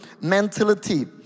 mentality